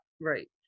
right